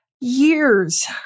years